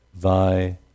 thy